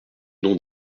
nom